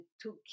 took